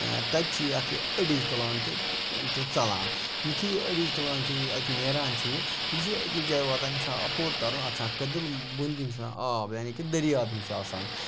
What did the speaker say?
تَتہِ چھِ یہِ اَکھ یہِ أڑِج تُلان تہٕ تہٕ ژَلان یُتھُے یہِ أڑِج تُلان چھِ یہِ اَتہِ نیران چھِ یہِ چھِ أکِس جایہِ واتان أمِس آسان اَپوٹ تَرُن اَتھ چھِ آسان کٔدٕل بٔنۍ کِنۍ چھِ آسان آب یعنی کہِ دٔریاب ہیوٗ چھُ آسان